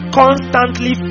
constantly